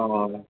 অঁ